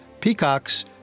peacocks